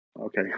Okay